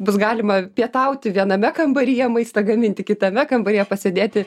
bus galima pietauti viename kambaryje maistą gaminti kitame kambaryje pasėdėti